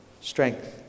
strength